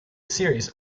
series